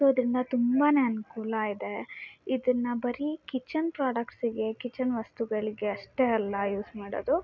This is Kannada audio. ಸೊ ಇದರಿಂದ ತುಂಬಾ ಅನುಕೂಲ ಇದೆ ಇದನ್ನು ಬರೀ ಕಿಚನ್ ಪ್ರೋಡಕ್ಟ್ಸಿಗೆ ಕಿಚನ್ ವಸ್ತುಗಳಿಗೆ ಅಷ್ಟೇ ಅಲ್ಲ ಯೂಸ್ ಮಾಡೋದು